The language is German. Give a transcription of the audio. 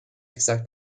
gesagt